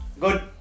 Good